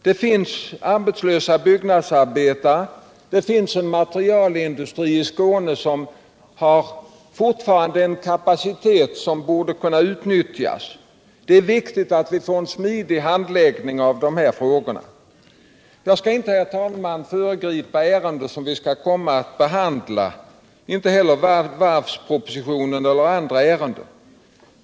Det finns i Skåne arbetslösa byggnadsarbetare, och vi har där en byggnadsmaterialindustri med en kapacitet som borde kunna utnyttjas bättre. Det är viktigt att vi får en smidig handläggning av dessa frågor. Jag skall, herr talman, inte föregripa ärenden som vi skall behandla senare, vare sig varvspropositionen eller andra ärenden.